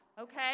okay